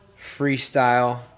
Freestyle